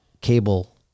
cable